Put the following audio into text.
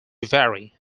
vary